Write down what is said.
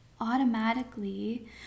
automatically